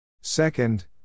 Second